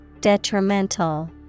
Detrimental